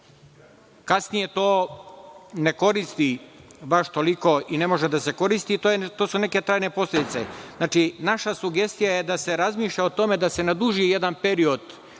Kasnije to ne koristi baš toliko i ne može da se koristi, to su neke tajne posledice. Znači, naša sugestija je da se razmišlja o tome da se na jedan duži